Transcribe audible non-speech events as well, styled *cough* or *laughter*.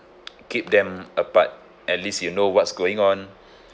*noise* keep them apart at least you know what's going on